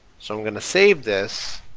so we're going to save this,